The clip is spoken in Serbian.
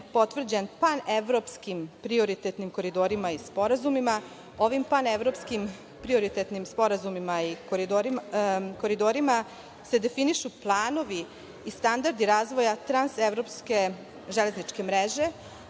panevropskim prioritetnim koridorima i sporazumima. Ovim panevropskim prioritetnim sporazumima i koridorima se definišu planovi i standardi razvoja Trans-evropske železničke mreže,